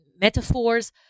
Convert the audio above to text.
metaphors